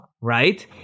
right